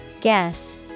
Guess